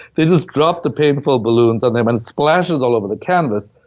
they just dropped the paint-filled balloons, and they and splashes all over the canvas,